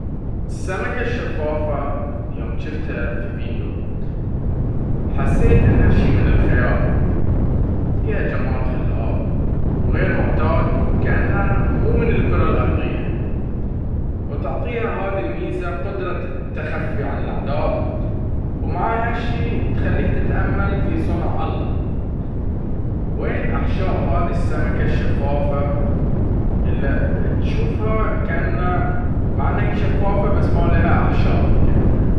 السمكة الشفافة يوم شفتها في فيديو حسيت انها شي من الخيال فيها جمال خلاب وغير معتاد وكأنها مو من الكرة الأرضية, وتعطيها هذي الميزة قدرة التخفي عن الأعداء ومع هالشي اتخليك تتأمل في صنع الله وين احشاء هذي السمكة الشفافة اللي تشوفها كأنها مع أنها شفافة بس ما لها أحشاء.